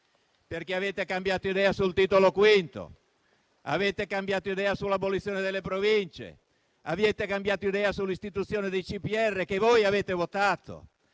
avete cambiato idea sul Titolo V. Avete cambiato idea sull'abolizione delle Province. Avete cambiato idea sull'istituzione dei CPR, che voi avete votato.